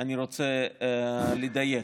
אני רק רוצה לדייק.